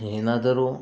ಏನಾದರೂ